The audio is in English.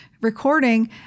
recording –